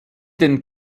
den